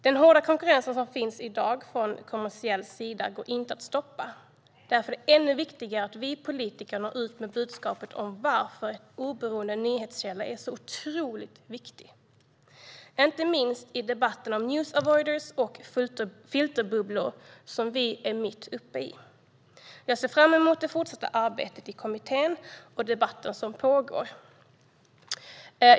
Den hårda konkurrens som finns från kommersiell sida i dag går inte att stoppa. Därför är det ännu viktigare att vi politiker når ut med budskapet om varför en oberoende nyhetskälla är otroligt viktig. Det gäller inte minst med tanke på debatten om news avoiders och filterbubblor, som vi är mitt uppe i. Jag ser fram emot det fortsatta arbetet i kommittén och debatten som pågår.